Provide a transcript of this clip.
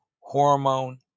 hormone